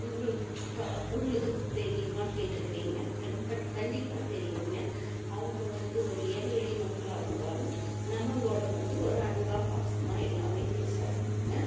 உங்களுக்காக உங்களுக்குத் தெரியும்மான்னு கேட்டுருக்கிரிங்க கண்டிபா கண்டிப்பாகத் தெரியுங்க அவங்க வந்து ஒரு ஏழை எளிய மக்களாகருந்தாலும் நம்மகூட வந்து ஒரு அன்பாக பாசமாக எல்லாமே பேசுகிறாங்க